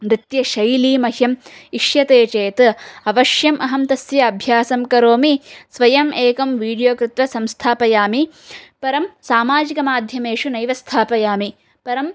नृत्यशैली मह्यम् इष्यते चेत् अवश्यम् अहं तस्य अभ्यासं करोमि स्वयम् एकं विडियो कृत्वा संस्थापयामि परं सामाजिकमाध्यमेषु नैव स्थापयामि परं